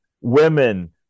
women